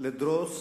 לדרוס